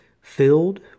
filled